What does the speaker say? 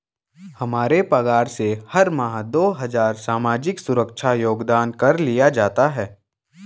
हमारे पगार से हर माह दो हजार सामाजिक सुरक्षा योगदान कर लिया जाता है